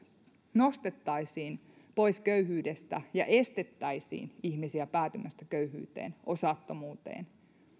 nostettaisiin pois köyhyydestä ja estettäisiin ihmisiä päätymästä köyhyyteen osattomuuteen